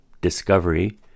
discovery